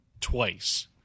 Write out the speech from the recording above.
twice